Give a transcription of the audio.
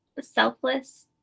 selfless